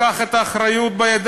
בוא ניקח את האחריות בידינו,